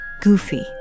goofy